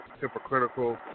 hypocritical